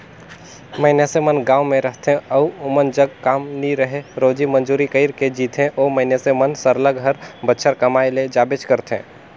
मइनसे मन गाँव में रहथें अउ ओमन जग काम नी रहें रोजी मंजूरी कइर के जीथें ओ मइनसे मन सरलग हर बछर कमाए ले जाबेच करथे